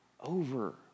over